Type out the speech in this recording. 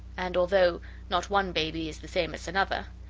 and although not one baby is the same as another,